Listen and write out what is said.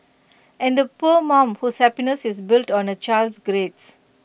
and the poor mum whose happiness is built on A child's grades